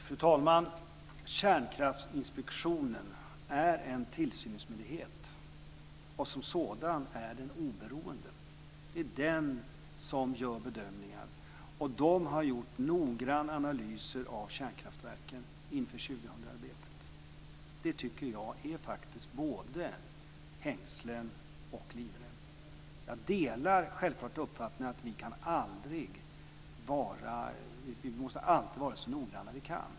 Fru talman! Kärnkraftinspektionen är en tillsynsmyndighet, och som sådan är den oberoende. Det är den som gör bedömningar, och där har man gjort noggranna analyser av kärnkraftverken inför 2000 arbetet. Det tycker jag faktiskt är att ha både hängslen och livrem. Jag delar självklart uppfattningen att vi alltid måste vara så noggranna vi kan.